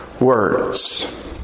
words